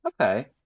Okay